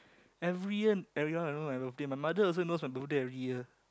every year everyone will know my birthday my mother also knows my birthday every year